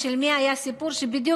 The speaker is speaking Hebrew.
שיהיה שלום